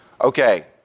Okay